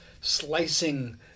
slicing